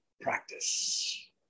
practice